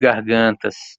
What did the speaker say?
gargantas